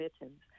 mittens